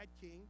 king